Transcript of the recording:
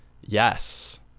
Yes